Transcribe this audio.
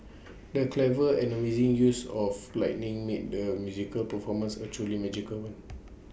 the clever and amazing use of lighting made the musical performance A truly magical one